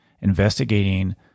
investigating